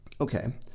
Okay